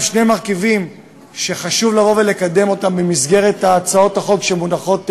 יש שני מרכיבים שחשוב לקדם במסגרת הצעות החוק שמונחות לפניכם,